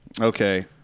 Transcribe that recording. Okay